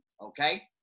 Okay